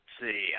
see